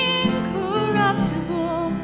incorruptible